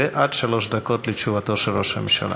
ועד שלוש דקות לתשובתו של ראש הממשלה.